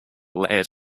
layered